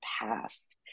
past